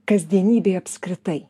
kasdienybei apskritai